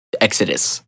Exodus